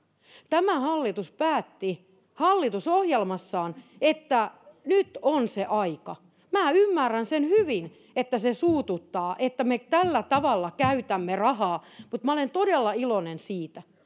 tämä hallitus päätti hallitusohjelmassaan että nyt on se aika minä ymmärrän sen hyvin että se suututtaa että me tällä tavalla käytämme rahaa mutta minä olen todella iloinen siitä